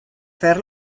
fer